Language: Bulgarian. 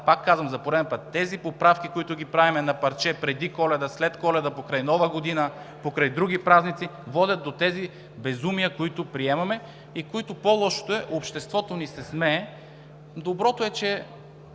Пак казвам, за пореден път тези поправки, които ги правим на парче преди Коледа, след Коледа, покрай Нова година, покрай други празници, водят до тези безумия, които приемаме, и което е по-лошо – обществото ни се смее. Доброто е, че